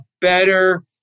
better